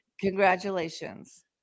Congratulations